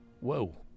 Whoa